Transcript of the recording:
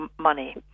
money